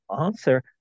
answer